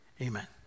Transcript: amen